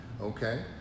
Okay